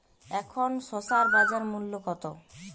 এখন শসার বাজার মূল্য কত?